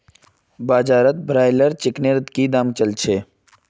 बाजारत ब्रायलर चिकनेर की दाम च ल छेक